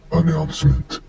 announcement